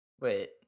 Wait